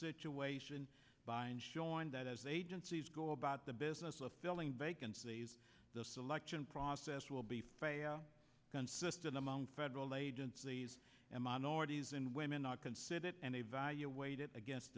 situation by and showing that as agencies go about the business of filling vacancies the selection process will be consistent among federal agencies and minorities and women are considered and evaluate it against